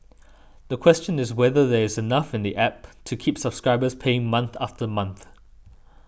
the question is whether there is enough in the App to keep subscribers paying month after month